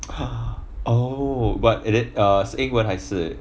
ha oh but it is 是英文还是